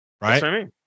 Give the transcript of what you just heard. right